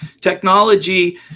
Technology